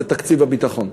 זה תקציב הביטחון.